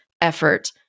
effort